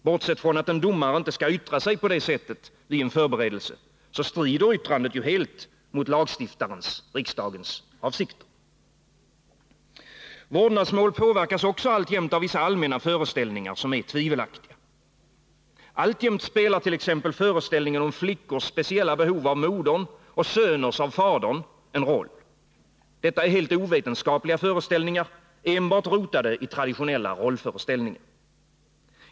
Bortsett från att en domare inte skall yttra sig på det sättet vid en förberedelse, strider yttrandet helt mot lagstiftarens, riksdagens, avsikter. Vårdnadsmål påverkas också alltjämt av vissa allmänna föreställningar, som är tvivelaktiga. Alltjämt spelar t.ex. föreställningen om flickors speciella behov av modern och söners av fadern en roll. Detta är helt ovetenskapliga föreställningar, enbart rotade i traditionella rollföreställningar.